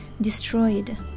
destroyed